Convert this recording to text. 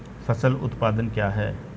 फसल उत्पादन क्या है?